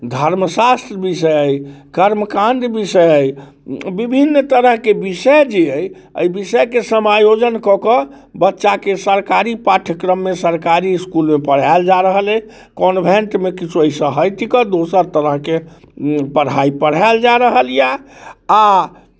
धर्म शास्त्र विषय अइ कर्म काण्ड विषय अइ विभिन्न तरहके विषय जे अइ एहि विषयके समायोजन कऽ कऽ बच्चाके सरकारी पाठ्यक्रममे सरकारी इसकुलमे पढ़ायल जा रहल अइ कॉन्भेंटमे किछु एहिसँ हटि कऽ दोसर तरहके पढ़ाइ पढ़ायल जा रहल यए आ